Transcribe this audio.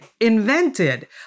invented